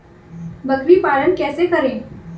बकरी पालन कैसे करें?